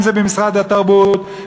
אם במשרד התרבות,